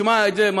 תשמע את זה,